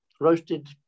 roasted